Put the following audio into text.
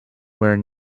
where